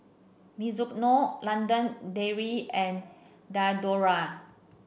Mizuno London Dairy and Diadora